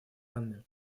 анны